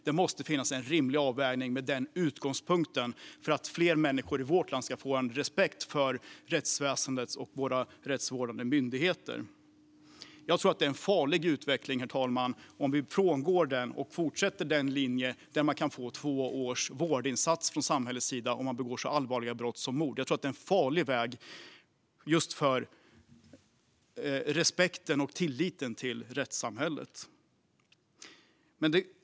Det måste ske en rimlig avvägning med den utgångspunkten för att fler människor i vårt land ska få respekt för rättsväsendet och våra rättsvårdande myndigheter. Jag tror att det är en farlig utveckling, herr ålderspresident, om vi frångår detta och fortsätter den linje där man kan få två års vårdinsats från samhällets sida om man begår ett så allvarligt brott som mord. Jag tror att det är en farlig väg för respekten för och tilliten till rättssamhället.